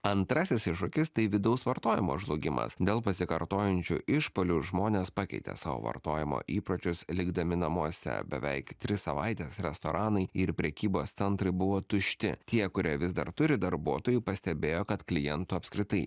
antrasis iššūkis tai vidaus vartojimo žlugimas dėl pasikartojančių išpuolių žmonės pakeitė savo vartojimo įpročius likdami namuose beveik tris savaites restoranai ir prekybos centrai buvo tušti tie kurie vis dar turi darbuotojų pastebėjo kad klientų apskritai